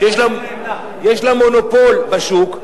יש לה מונופול בשוק,